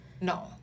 No